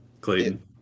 Clayton